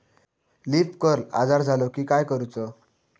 Leaf curl आजार झालो की काय करूच?